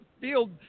field